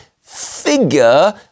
figure